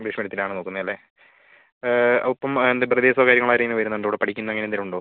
English മീഡിയത്തിലാണ് നോക്കുന്നത് അല്ലെ ഒപ്പം എന്താ ബ്രെദേഴ്സോ കാര്യങ്ങളും ആരേലും വരുന്നുണ്ടോ ഇവിടെ പഠിക്കുന്ന അങ്ങനെന്തേലും ഉണ്ടോ